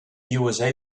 usa